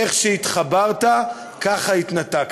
איך שהתחברת, ככה התנתקת.